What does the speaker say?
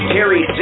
Terry